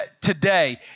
today